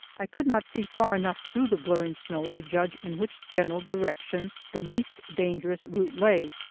i could not see far enough through the blurring snow to judge in which general direction the least dangerous route lay,